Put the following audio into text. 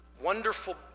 wonderful